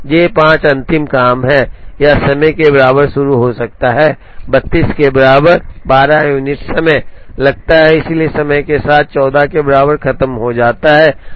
J 5 अंतिम काम है यह समय के बराबर शुरू हो सकता है 32 के बराबर 12 यूनिट समय लगता है इसलिए समय के साथ 44 के बराबर खत्म हो जाता है